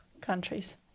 countries